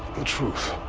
the truth.